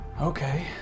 Okay